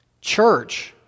Church